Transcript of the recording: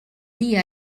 dia